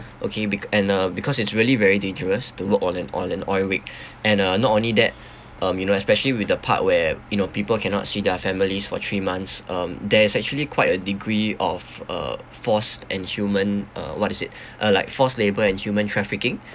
okay bec~ and uh because it's really very dangerous to work on an on an oil rig and uh not only that um you know especially with the part where you know people cannot see their families for three months um there's actually quite a degree of a forced and human uh what is it uh like forced labour and human trafficking